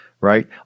right